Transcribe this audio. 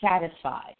satisfied